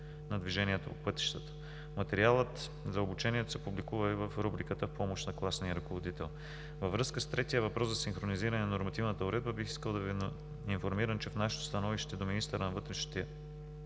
на движението по пътищата. Материалът за обучението са публикували в рубриката „В помощ на класния ръководител“. Във връзка с третия въпрос за синхронизиране на нормативната уредба, бих искал да Ви информирам, че в нашето становище до министъра на вътрешните